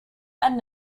and